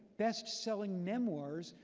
bestselling memoirs,